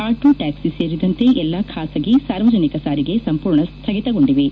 auto ಟ್ಟಾಕ್ಲಿ ಸೇರಿದಂತೆ ಎಲ್ಲಾ ಖಾಸಗಿ ಸಾರ್ವಜನಿಕ ಸಾರಿಗೆ ಸಂಪೂರ್ಣ ಸ್ವಗಿತಗೊಂಡಿವೆ